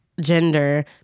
gender